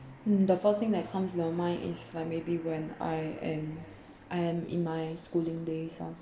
mm the first thing that comes to mind is like maybe when I am I am in my schooling days lor